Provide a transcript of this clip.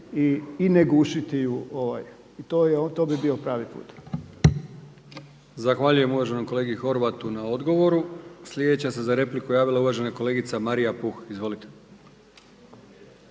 i ne gušiti ju. I to bi bio pravi put.